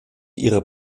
ihrer